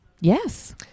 yes